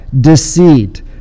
deceit